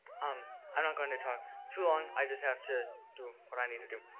um i'm not going to talk too long. i just have to do what i need to do.